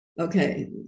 Okay